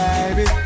Baby